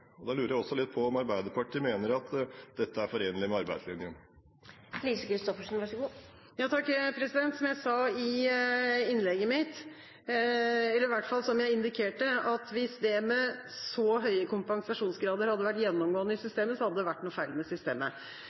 jobb? Da lurer jeg også på om Arbeiderpartiet mener at dette er forenlig med arbeidslinjen? Som jeg sa i mitt innlegg, eller som jeg i hvert fall indikerte: Hvis så høye kompensasjonsgrader hadde vært gjennomgående i systemet, hadde det vært noe feil med systemet.